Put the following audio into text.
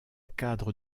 cadre